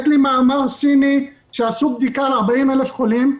יש לי מאמר סיני שעשו בדיקה על 40,000 חולים,